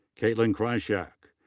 kaytlyn kyrshak.